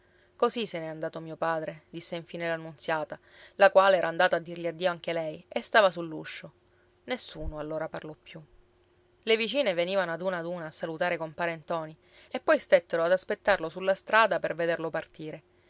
così se ne è andato mio padre disse infine la nunziata la quale era andata a dirgli addio anche lei e stava sull'uscio nessuno allora parlò più le vicine venivano ad una ad una a salutare compare ntoni e poi stettero ad aspettarlo sulla strada per vederlo partire